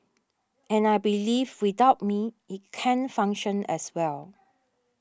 and I believe without me it can function as well